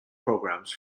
programs